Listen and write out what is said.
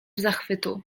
zachwytu